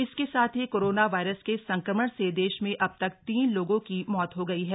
इसके साथ ही कोरोना वायरस के संक्रमण से देश में अब तक तीन लोगों की मौत हो गई है